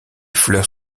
fleurs